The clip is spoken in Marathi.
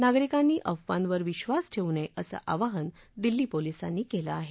नागरिकांनी अफवांवर विधास ठेवू नये असं आवाहन दिल्ली पोलिसांनी केलं आहे